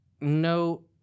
no